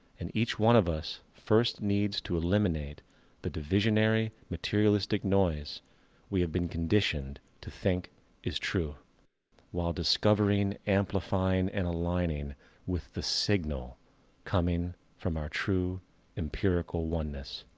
and each one of us first needs to eliminate the divisionary, materialistic noise we have been conditioned to think is true while discovering, amplifying, and aligning with the signal coming from our true empirical oneness.